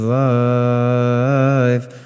life